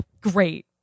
great